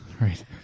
Right